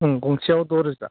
उम गंसेआव द' रोजा